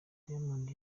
diamond